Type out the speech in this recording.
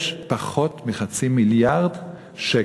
יש פחות מחצי מיליארד שקל.